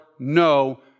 no